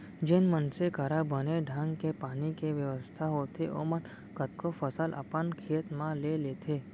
जेन मनसे करा बने ढंग के पानी के बेवस्था होथे ओमन कतको फसल अपन खेत म ले लेथें